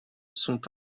sont